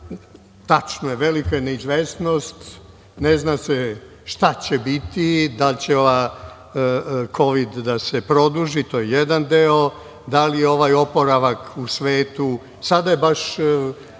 tačno je, velika je neizvesnost. Ne zna se šta će biti. Da li će kovid da se produži, to je jedan deo, da li je ovaj oporavak u svetu… Sada je baš